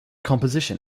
composition